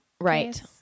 Right